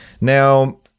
Now